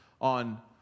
on